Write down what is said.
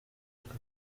aka